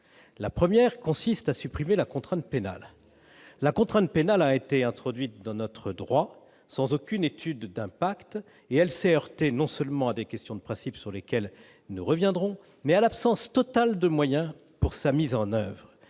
La première consiste à supprimer la contrainte pénale. La contrainte pénale a été introduite dans notre droit sans aucune étude d'impact et elle s'est heurtée non seulement à des questions de principe sur lesquelles nous reviendrons, mais à l'absence totale de moyens pour sa mise en oeuvre.